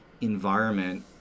environment